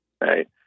Right